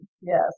Yes